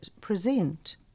present